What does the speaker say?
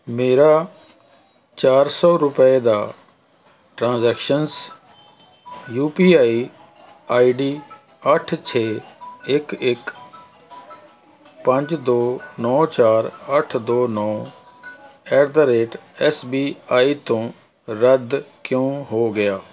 ਮੇਰਾ ਚਾਰ ਸੌ ਰੁਪਏ ਦਾ transactions U P I I D ਅੱਠ ਛੇ ਇੱਕ ਇੱਕ ਪੰਜ ਦੋ ਨੌਂ ਚਾਰ ਅੱਠ ਦੋ ਨੌਂ at the rate S B I ਤੋਂ ਰੱਦ ਕਿਉ ਹੋ ਗਿਆ